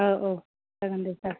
औ जागोन दे सार